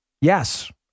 yes